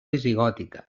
visigòtica